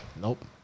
Nope